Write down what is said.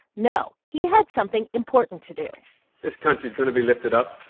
no, he had something important to do this country is going to be lifted up,